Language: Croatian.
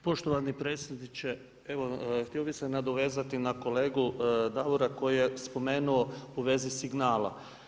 Poštovani predsjedniče evo htio bih se nadovezati na kolegu Davora koji je spomenuo u vezi signala.